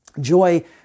Joy